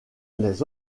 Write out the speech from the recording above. les